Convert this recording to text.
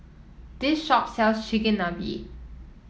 this shop sells Chigenabe